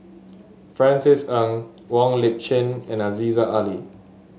Francis Ng Wong Lip Chin and Aziza Ali